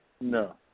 No